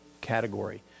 category